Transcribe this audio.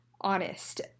honest